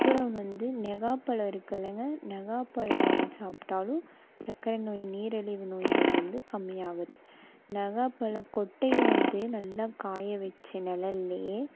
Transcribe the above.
அப்புறம் வந்து நாவாப்பழம் இருக்குலைங்க நாவாப்பழம் சாப்பிட்டாலும் சர்க்கரை நோய் நீரழிவு நோய்கள் வந்து கம்மி ஆகுது நாகாப்பழ கொட்டையை வந்து நல்லா காய வச்சு நிழல்லையே